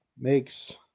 makes